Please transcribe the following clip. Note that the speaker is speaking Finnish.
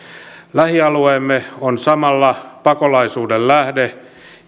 lähialueemme on samalla pakolaisuuden lähde